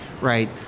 right